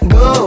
go